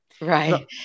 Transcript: Right